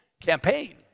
campaign